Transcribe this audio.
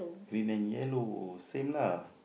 green and yellow same lah